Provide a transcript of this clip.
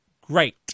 great